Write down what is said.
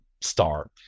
star